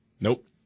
Nope